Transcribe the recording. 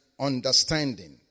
understanding